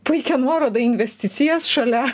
puikią nuorodą į investicijas šalia